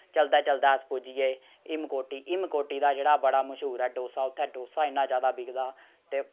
चलदै चलदै अस पुज्जी गे हिमकोटी हिमकोटी दा जेह्ड़ा बड़ा मश्हूर ऐ डोसा उत्थै डोसा इ'न्ना ज्यादा बिकदा ते